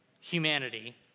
humanity